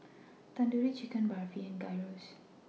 Tandoori Chicken Barfi and Gyros